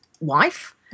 wife